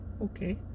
Okay